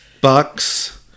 Bucks